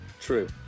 true